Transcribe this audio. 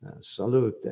salute